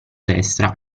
destra